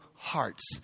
Hearts